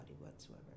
whatsoever